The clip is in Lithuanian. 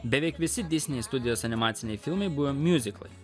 beveik visi disney studijos animaciniai filmai buvo miuziklai